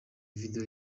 video